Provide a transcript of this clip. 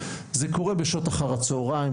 זה קורה בשעות אחר הצוהריים,